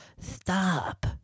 stop